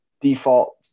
default